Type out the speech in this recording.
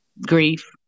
grief